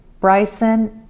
Bryson